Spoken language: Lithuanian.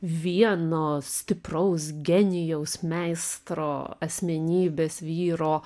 vieno stipraus genijaus meistro asmenybės vyro